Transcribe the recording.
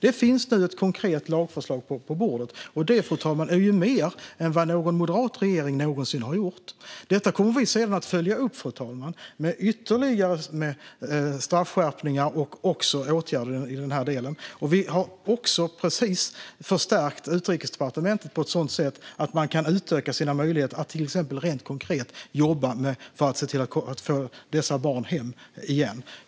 Det finns nu ett konkret lagförslag på bordet. Det är mer än vad någon moderat regering någonsin har gjort, fru talman. Detta kommer vi senare att följa upp, fru talman, med ytterligare straffskärpningar och åtgärder i den delen. Vi har precis förstärkt Utrikesdepartementet på ett sådant sätt att man kan utöka sina möjligheter att till exempel rent konkret jobba för att få dessa barn hem igen.